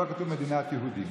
לא כתוב "מדינת יהודים".